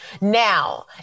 now